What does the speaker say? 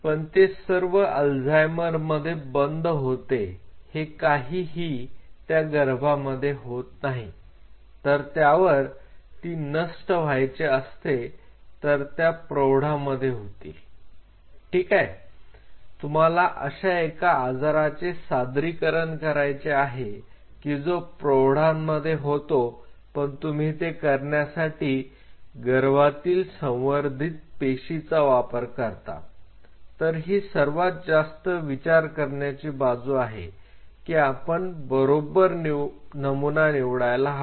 पण ते सर्व अल्झायमर मध्ये बंद होते हे काही ही त्या गर्भामध्ये होत नाही जर त्यावर ती नष्ट व्हायचे असते तर त्या प्रौढांमध्ये होतील ठीक आहे तुम्हाला अशा एका आजाराचे सादरीकरण करायचे आहे की जो प्रौढांमध्ये होतो पण तुम्ही ते करण्यासाठी गर्भातील संवर्धित पेशींचा वापर करता तर ही सर्वात जास्त विचार करण्याची बाजू आहे की आपण बरोबर नमुना निवडायला हवा